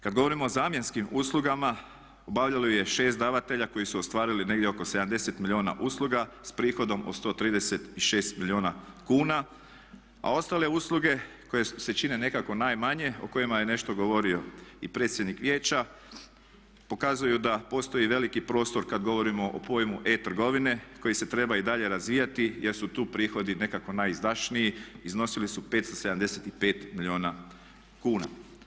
Kada govorimo o zamjenskim uslugama, obavljalo ih je 6 davatelja koji su ostvarili negdje oko 70 milijuna usluga s prihodom od 136 milijuna kuna a ostale usluge koje se čine nekako najmanje, o kojima je nešto govorio i predsjednik vijeća pokazuju da postoji veliki prostor kad govorimo o pojmu e-trgovine koji se treba i dalje razvijati jer su tu prihodi nekako najizdašniji, iznosili su 575 milijuna kuna.